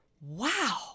Wow